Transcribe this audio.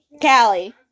Callie